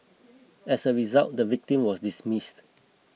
as a result the victim was dismissed